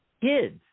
kids